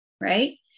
right